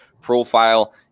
profile